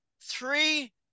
three